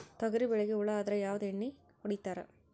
ತೊಗರಿಬೇಳಿಗಿ ಹುಳ ಆದರ ಯಾವದ ಎಣ್ಣಿ ಹೊಡಿತ್ತಾರ?